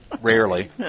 rarely